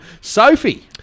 Sophie